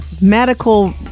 medical